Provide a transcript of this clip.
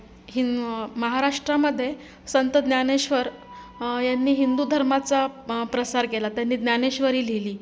हिने महाराष्ट्रामध्ये संत ज्ञानेश्वर यांनी हिंदू धर्माचा प्रसार केला त्यांनी ज्ञानेश्वरी लिहिली